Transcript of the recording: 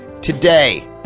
today